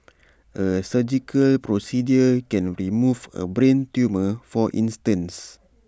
A surgical procedure can remove A brain tumour for instance